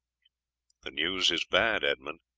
the news is bad, edmund.